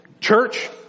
church